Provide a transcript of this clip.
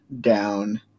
down